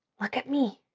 look at me.